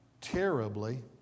terribly